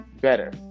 better